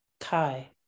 Kai